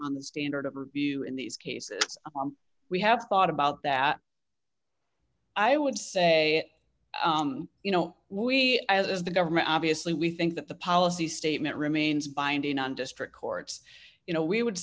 on the standard of review in these cases we have thought about that i would say you know we as the government obviously we think that the policy statement remains binding on district courts you know we would